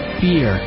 fear